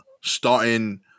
starting